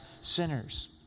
sinners